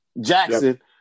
Jackson